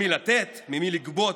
למי לתת, ממי לגבות.